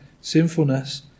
sinfulness